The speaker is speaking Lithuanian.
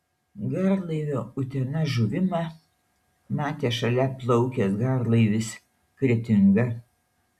garlaivio utena žuvimą matė šalia plaukęs garlaivis kretinga